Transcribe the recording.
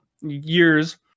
years